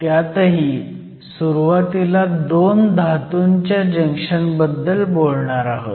त्यातही सुरुवातीला 2 धातूंच्या जंक्शन बद्दल बोलणार आहोत